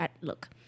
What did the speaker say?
look